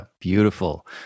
beautiful